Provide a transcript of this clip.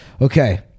Okay